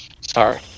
Sorry